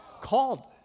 Called